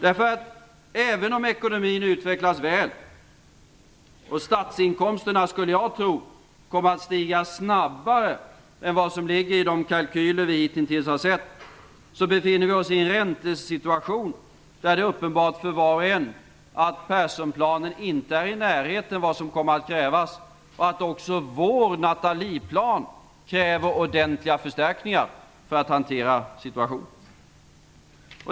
Även om ekonomin utvecklas väl och statsinkomsterna, skulle jag tro, kommer att stiga snabbare än vad som ligger i de kalkyler vi hitintills har sett, befinner vi oss i en räntesituation där det är uppenbart för var och en att Perssonplanen inte är i närheten av vad som kommer att krävas och att också vår Nathalieplan kräver ordentliga förstärkningar för att hantera situationen.